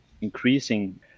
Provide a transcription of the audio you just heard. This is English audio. increasing